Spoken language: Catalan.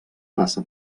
passa